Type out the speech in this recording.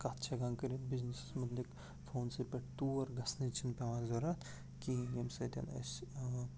کَتھ چھِ ہٮ۪کان کٔرِتھ بِزنِسَس متعلق فونسٕے پٮ۪ٹھ تور گژھنٕچ چھِنہٕ پٮ۪وان ضوٚرَتھ کِہیٖنۍ ییٚمہِ سۭتۍ اَسہِ